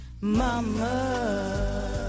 Mama